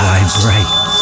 Vibrate